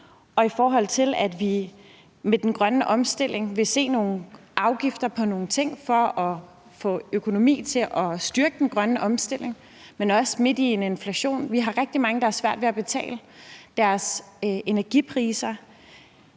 og i forhold til at vi med den grønne omstilling vil se nogle afgifter på nogle ting for at få økonomi til at styrke den grønne omstilling. Men midt i en inflation har vi også rigtig mange, der har svært ved at betale deres energiregninger.